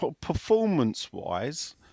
performance-wise